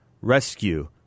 rescue